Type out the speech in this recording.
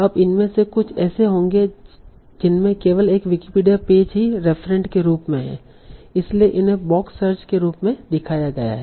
अब इनमें से कुछ ऐसे होंगे जिनमें केवल एक विकिपीडिया पेज ही रेफरेंट के रूप में है इसलिए इन्हें बॉक्स सर्च के रूप में दिखाया गया है